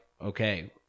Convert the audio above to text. okay